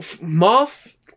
Moth